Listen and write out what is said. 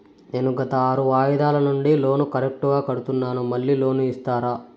నేను గత ఆరు వాయిదాల నుండి లోను కరెక్టుగా కడ్తున్నాను, మళ్ళీ లోను ఇస్తారా?